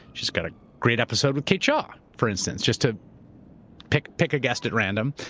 she's got a great episode with kate shaw, for instance, just to pick pick a guest at random.